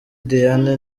diane